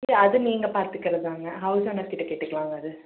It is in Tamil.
இல்லை அது நீங்கள் பார்த்துக்கிறதுதாங்க ஹவுஸ் ஓனர் கிட்டே கேட்டுக்கலாங்க அது